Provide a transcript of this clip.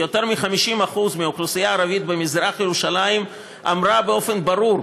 יותר מ-50% מהאוכלוסייה הערבית במזרח ירושלים אמרו באופן ברור: